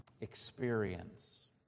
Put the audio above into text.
experience